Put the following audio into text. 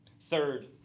Third